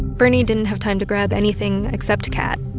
bernie didn't have time to grab anything except kat,